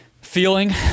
feeling